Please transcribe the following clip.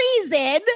reason